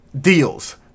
deals